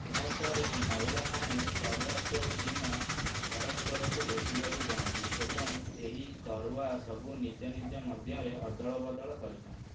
ଏହାପରେ ମହିଳାମାନେ କରୱା ଚୌଥ ଦିନ ପରସ୍ପରକୁ ଭେଟିବାକୁ ଯାଆନ୍ତି ଏବଂ ଏହି କରୱା ସବୁ ନିଜ ନିଜ ମଧ୍ୟରେ ଅଦଳବଦଳ କରିଥାନ୍ତି